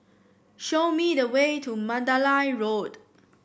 show me the way to Mandalay Road